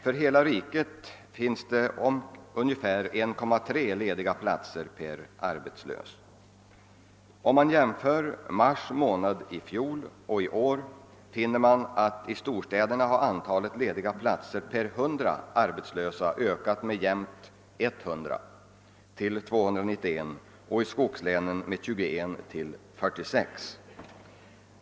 För hela riket finns det ungefär 1,3 lediga platser per arbetslös. Om man jämför siffrorna för mars månad i fjol och i år finner man att antalet lediga platser per 100 arbetslösa i storstäderna ökat med jämnt 100 till 291 och i skogslänen med 21 till 46.